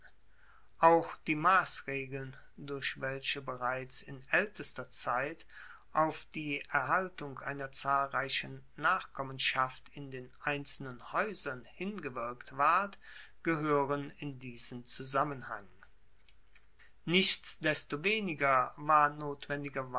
auch die massregeln durch welche bereits in aeltester zeit auf die erhaltung einer zahlreichen nachkommenschaft in den einzelnen haeusern hingewirkt ward gehoeren in diesen zusammenhang